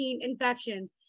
infections